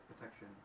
protection